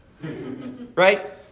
right